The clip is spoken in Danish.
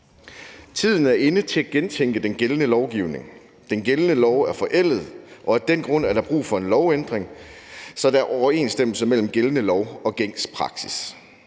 Tiden er inde til at gentænke den gældende lovgivning. Den gældende lov er forældet, og af den grund er der brug for en lovændring, så der er overensstemmelse mellem gældende lov og gængs praksis.